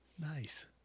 Nice